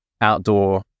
Outdoor